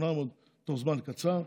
800 תוך זמן קצר.